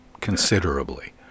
considerably